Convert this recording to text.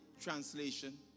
translation